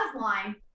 line